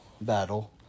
battle